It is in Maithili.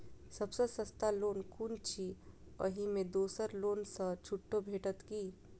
सब सँ सस्ता लोन कुन अछि अहि मे दोसर लोन सँ छुटो भेटत की?